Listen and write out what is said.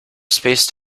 spaced